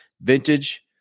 Vintage